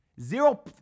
Zero